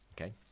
Okay